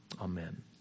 amen